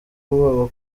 ubwoba